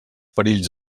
perills